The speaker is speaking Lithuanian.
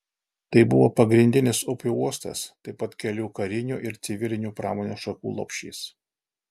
tai buvo pagrindinis upių uostas taip pat kelių karinių ir civilinių pramonės šakų lopšys